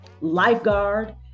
lifeguard